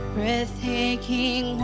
Breathtaking